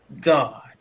God